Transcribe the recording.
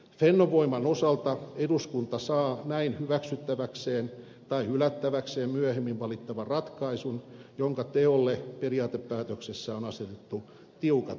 fennovoiman osalta eduskunta saa näin hyväksyttäväkseen tai hylättäväkseen myöhemmin valittavan ratkaisun jonka teolle periaatepäätöksessä on asetettu tiukat aikataulut